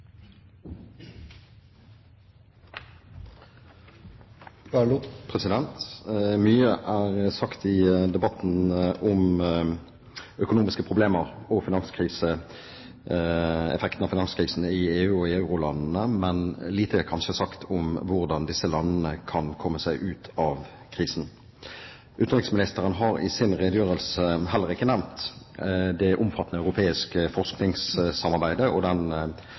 sagt i debatten om økonomiske problemer og effekten av finanskrisen i EU og eurolandene, men lite er kanskje sagt om hvordan disse landene kan komme seg ut av krisen. Utenriksministeren har i sin redegjørelse heller ikke nevnt det omfattende europeiske forskningssamarbeidet og den